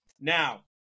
now